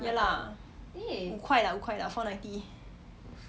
ya lah 五块啦五块啦 four ninety